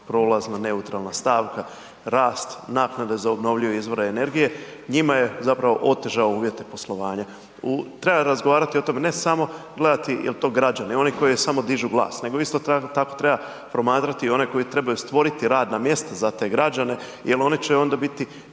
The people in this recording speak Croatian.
prolazna neutralna stavka, rast, naknade za obnovljivi izvore energije, njima je zapravo otežao uvjete poslovanja. Treba razgovarati o tome, ne samo gledati jel to građani, oni koji samo dižu glas, nego isto tako treba promatrati i one koji trebaju stvoriti radna mjesta za te građani jel oni će onda biti